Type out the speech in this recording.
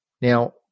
Now